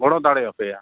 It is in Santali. ᱜᱚᱲᱚ ᱫᱟᱲᱮᱭᱟᱯᱮᱭᱟ